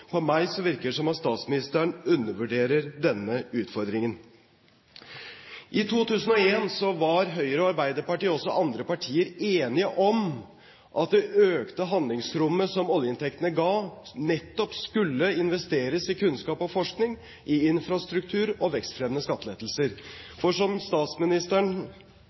meg virker det som at statsministeren undervurderer denne utfordringen. I 2001 var Høyre og Arbeiderpartiet og også andre partier enige om at det økte handlingsrommet som oljeinntektene ga, nettopp skulle investeres i kunnskap og forskning, i infrastruktur og i vekstfremmende skattelettelser. For som statsministeren